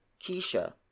Keisha